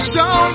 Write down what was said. Show